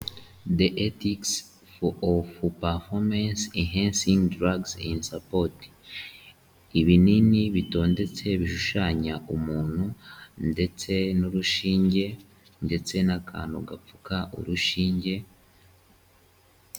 The ethic of performance enhancing drugs in sports. Ibinini bitondetse bishushanya umuntu ndetse n'urushinge ndetse n'akantu gapfuka urushinge...